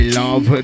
love